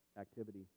activity